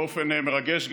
באופן מרגש,